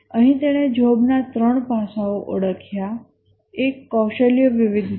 અહીં તેણે જોબના ત્રણ પાસાંઓ ઓળખ્યા એક કૌશલ્ય વિવિધ છે